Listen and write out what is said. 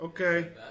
Okay